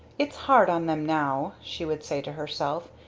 it's hard on them now, she would say to herself.